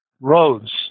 roads